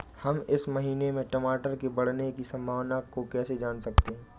हम इस महीने में टमाटर के बढ़ने की संभावना को कैसे जान सकते हैं?